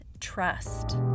trust